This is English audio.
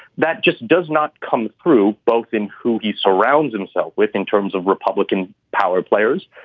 that just does not come through both in who he surrounds himself with in terms of republican power players.